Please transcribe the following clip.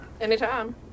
Anytime